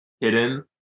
hidden